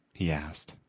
he asked.